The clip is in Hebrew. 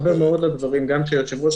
אני מתחבר מאו לדברים שאמר היושב-ראש